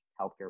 healthcare